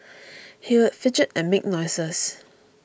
he would fidget and make noises